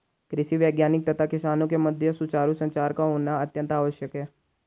कृषि वैज्ञानिक तथा किसानों के मध्य सुचारू संचार का होना अत्यंत आवश्यक है